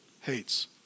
Hates